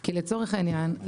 כי לצורך העניין,